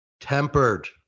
tempered